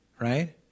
right